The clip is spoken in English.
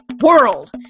world